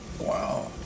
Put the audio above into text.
wow